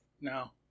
no